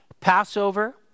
Passover